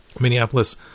Minneapolis